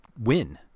win